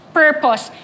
purpose